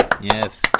Yes